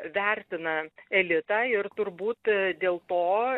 vertina elitą ir turbūt dėl to